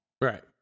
Right